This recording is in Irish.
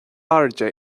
airde